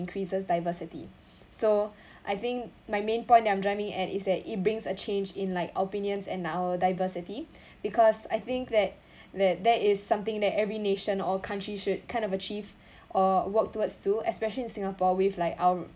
increases diversity so I think my main point that I'm driving at is that it brings a change in like opinions and our diversity because I think that that that is something that every nation or country should kind of achieve or walk towards to especially in singapore we've like our